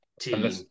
team